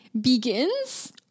Begins